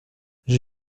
j’ai